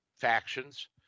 factions